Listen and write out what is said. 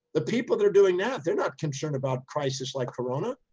the people that are doing that, they're not concerned about crisis like corona.